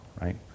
right